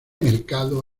mercado